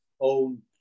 Own